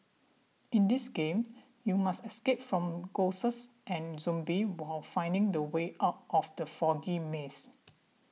in this game you must escape from ghosts and zombies while finding the way out of the foggy maze